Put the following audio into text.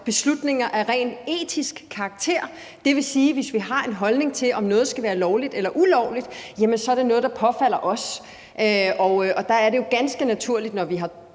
beslutninger af rent etisk karakter. Det vil sige, at hvis vi har en holdning til, om noget skal være lovligt eller ulovligt, jamen så er det noget, der tilfalder os, og mener ordførere ikke, at når vi har